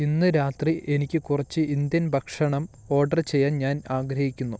ഇന്ന് രാത്രി എനിക്ക് കുറച്ച് ഇന്ത്യൻ ഭക്ഷണം ഓഡറ് ചെയ്യാൻ ഞാൻ ആഗ്രഹിക്കുന്നു